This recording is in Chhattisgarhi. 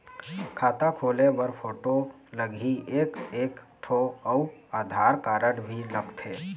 खाता खोले बर फोटो लगही एक एक ठो अउ आधार कारड भी लगथे?